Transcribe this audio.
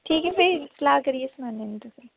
ठीक ऐ फ्ही सलाह् करियै सनानी आं मैं तुसेंगी